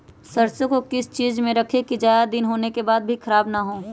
सरसो को किस चीज में रखे की ज्यादा दिन होने के बाद भी ख़राब ना हो?